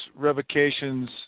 revocations